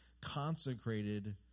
consecrated